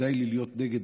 כדאי לי להיות נגד,